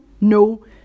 no